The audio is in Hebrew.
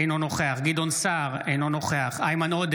אינו נוכח גדעון סער, אינו נוכח איימן עודה,